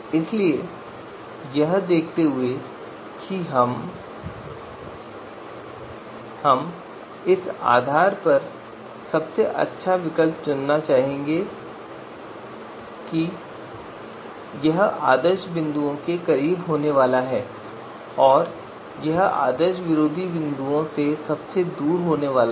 इसलिए यह देखते हुए हम इस आधार पर सबसे अच्छा विकल्प चुनना चाहेंगे कि यह आदर्श बिंदुओं के करीब होने वाला है और यह आदर्श विरोधी बिंदुओं से सबसे दूर होने वाला है